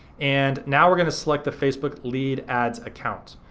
and now we're gonna select the facebook lead ads account.